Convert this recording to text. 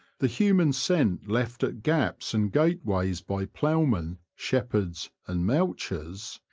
the human scent left at gaps and gateways by ploughmen, shepherds, and mouchers,